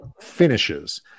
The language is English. finishes